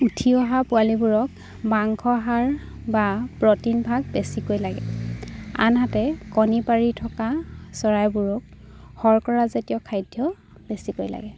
উঠি অহা পোৱালিবোৰক মাংস সাৰ বা প্ৰটিনভাগ বেছিকৈ লাগে আনহাতে কণী পাৰি থকা চৰাইবোৰক শৰ্কৰাজাতীয় খাদ্য বেছিকৈ লাগে